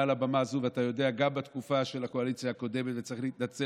אמרו: נדאג שלא תהיה פרקליטות צבאית שתשלוט